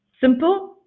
Simple